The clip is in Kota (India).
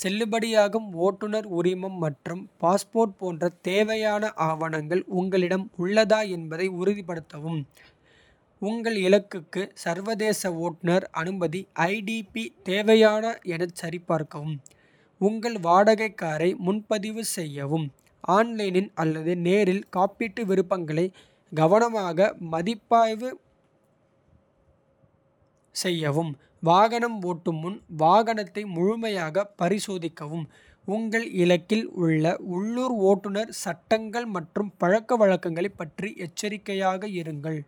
செல்லுபடியாகும் ஓட்டுநர் உரிமம் மற்றும் பாஸ்போர்ட். போன்ற தேவையான ஆவணங்கள் உங்களிடம் உள்ளதா. என்பதை உறுதிப்படுத்தவும் உங்கள் இலக்குக்கு. சர்வதேச ஓட்டுநர் அனுமதி தேவையா எனச். சரிபார்க்கவும் உங்கள் வாடகை காரை முன்பதிவு. செய்யவும் ஆன்லைனில் அல்லது நேரில் காப்பீட்டு. விருப்பங்களை கவனமாக மதிப்பாய்வு செய்யவும். வாகனம் ஓட்டும் முன் வாகனத்தை முழுமையாக. பரிசோதிக்கவும் உங்கள் இலக்கில் உள்ள உள்ளூர். ஓட்டுநர் சட்டங்கள் மற்றும் பழக்கவழக்கங்களைப். பற்றி எச்சரிக்கையாக இருங்கள்.